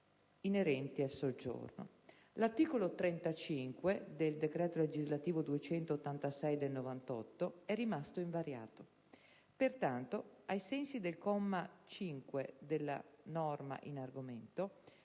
inerenti al soggiorno: l'articolo 35 del decreto legislativo n. 286 del 1998 è rimasto invariato. Pertanto, ai sensi del comma 5 della norma in argomento,